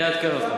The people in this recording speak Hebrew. אני אעדכן.